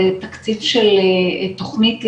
זה תקציב של תוכנית,